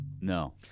No